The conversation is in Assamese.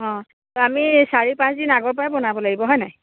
অঁ ত' আমি চাৰি পাঁচদিন আগৰ পৰাই বনাব লাগিব হয় নাই